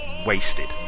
wasted